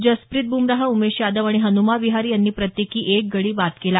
जसप्रित ब्मराह उमेश यादव आणि हन्मा विहारी यांनी प्रत्येकी एक गडी बाद केला